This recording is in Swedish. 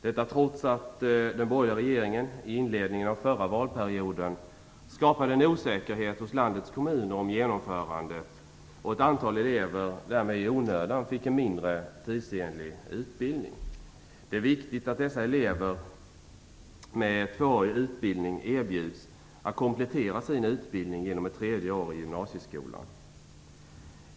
Detta har de gjort trots att den borgerliga regeringen i inledningen av förra valperioden skapade en osäkerhet hos landets kommuner om genomförandet. Ett antal elever fick därmed i onödan en mindre tidsenlig utbildning. Det är viktigt att dessa elever med tvåårig utbildning erbjuds att komplettera sin utbildning genom ett tredje år i gymnasieskolan.